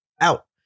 out